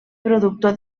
productor